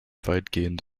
weitgehend